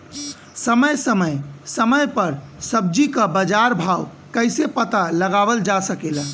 समय समय समय पर सब्जी क बाजार भाव कइसे पता लगावल जा सकेला?